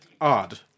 Odd